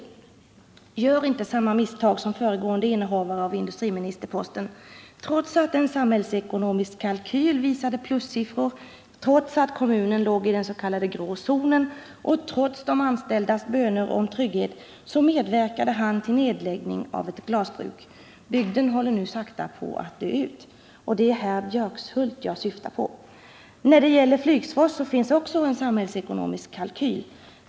Jag skulle vilja säga till industriministern: Gör inte samma misstag som föregående innehavare av industriministerposten! Trots att en samhällsekonomisk kalkyl visade plussiffror, trots att kommunen låg i den s.k. grå zonen och trots de anställdas böner om trygghet, så medverkade han till nedläggning av ett glasbruk. Bygden håller nu på att sakta dö ut. Jag syftar här på Björkshult. När det gäller Flygsfors finns också en samhällsekonomisk kalkyl.